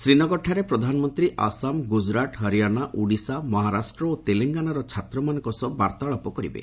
ଶ୍ରୀନଗରଠାରେ ପ୍ରଧାନମନ୍ତ୍ରୀ ଆସାମ ଗୁଜରାଟ ହରିଆନା ଓଡ଼ିଶା ମହାରାଷ୍ଟ୍ର ଓ ତେଲଙ୍ଗାନାର ଛାତ୍ରମାନଙ୍କ ସହ ବାର୍ତ୍ତାଳାପ କରିବେ